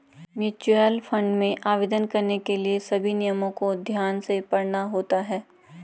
mutual fund में आवेदन करने के लिए सभी नियमों को ध्यान से पढ़ना होता है